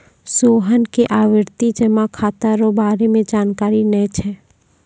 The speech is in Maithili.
सोहन के आवर्ती जमा खाता रो बारे मे जानकारी नै छै